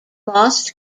lost